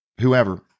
whoever